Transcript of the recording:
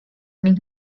ning